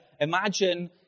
Imagine